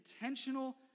intentional